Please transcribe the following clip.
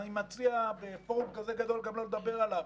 ואני מציע בפורום כזה גדול גם לא לדבר עליו